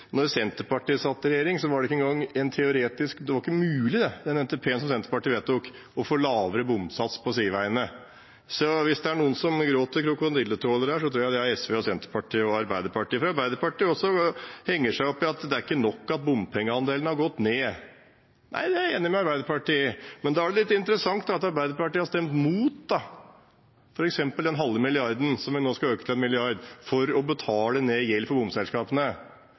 Senterpartiet satt i regjering, var det ikke engang teoretisk mulig ––med den NTP-en som Senterpartiet fikk vedtatt – å få lavere bomsats på sideveiene. Så hvis det er noen som gråter krokodilletårer her, tror jeg det er SV, Senterpartiet og Arbeiderpartiet. Arbeiderpartiet henger seg opp i at det ikke er nok at bompengeandelen har gått ned. Nei, det er jeg enig med Arbeiderpartiet i, men da er det interessant at Arbeiderpartiet har stemt mot f.eks. den halve milliarden, som vi nå skal øke til 1 mrd. kr, for å betale ned gjeld for bomselskapene.